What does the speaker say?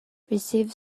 receive